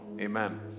Amen